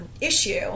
issue